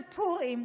בפורים,